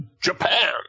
Japan